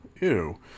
Ew